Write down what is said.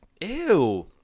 Ew